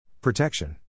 Protection